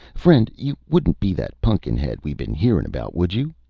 friend you wouldn't be that pun'kin-head we been hearin' about, would you.